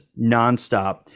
nonstop